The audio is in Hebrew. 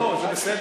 לא, זה בסדר.